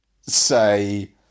say